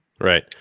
Right